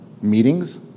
meetings